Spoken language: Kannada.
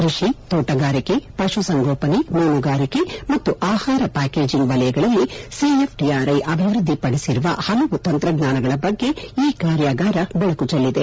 ಕೃಷಿ ತೋಗಾರಿಕೆ ಪಶುಸಂಗೋಪನೆ ಮೀನುಗಾರಿಕೆ ಮತ್ತು ಆಹಾರ ಪ್ಯಾಕೆಜಿಂಗ್ ವಲಯಗಳಲ್ಲಿ ಸಿಎಫ್ಟಿಆರ್ಐ ಅಭಿವೃದ್ಧಿ ಪಡಿಸಿರುವ ಪಲವು ತಂತ್ರಜ್ಞಾನಗಳ ಬಗ್ಗೆ ಈ ಕಾರ್ಯಾಗಾರ ಬೆಳಕು ಚೆಲ್ಲಿದೆ